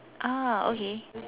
ah okay